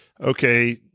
okay